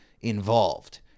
involved